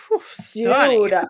stunning